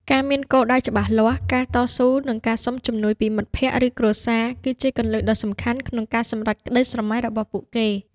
ការមានគោលដៅច្បាស់លាស់ ការតស៊ូ និងការសុំជំនួយពីមិត្តភ័ក្តិ ឬគ្រួសារ គឺជាគន្លឹះដ៏សំខាន់ក្នុងការសម្រេចក្តីស្រមៃរបស់ពួកគេ។